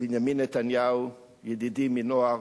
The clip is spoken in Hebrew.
בנימין נתניהו, ידידי מנוער,